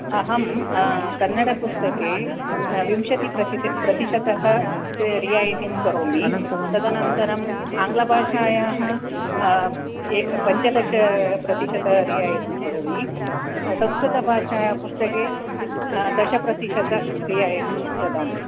अहं कन्नडपुस्तके विंशतिप्रति प्रतिशतं रियायितिं करोमि तदनन्तरम् आङ्ग्लभाषायाः एक पञ्चदशप्रतिशतं रियायितिं करोमि संस्कृतभाषायाः पुस्तके दशप्रतिशतं रियायितिं ददामि